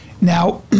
Now